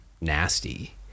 nasty